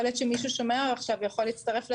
יכול להיות שמישהו שומע עכשיו ויכול להצטרף לדיון.